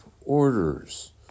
orders